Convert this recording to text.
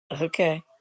okay